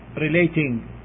relating